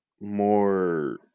More –